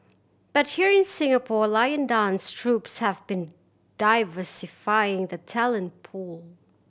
but here in Singapore lion dance troupes have been diversifying the talent pool